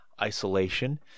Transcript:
isolation